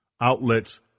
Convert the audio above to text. outlets